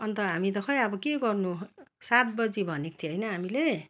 अन्त हामी त खै अब के गर्नु सात बजी भनेको थिए होइन हामीले